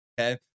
okay